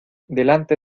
delante